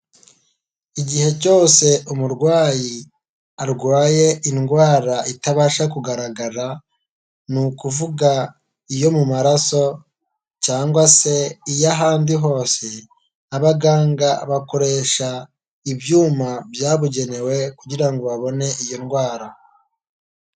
Igihe cyose umurwayi arwaye indwara itabasha kugaragara ni ukuvuga iyo mu maraso cyangwa se iy'ahandi hose, abaganga bakoresha ibyuma byabugenewe kugira ngo babone iyo ndwara.